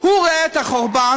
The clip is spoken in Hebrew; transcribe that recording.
הוא רואה את החורבן,